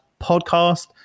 podcast